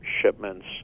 shipments